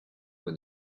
when